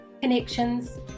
connections